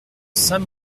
saint